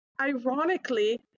ironically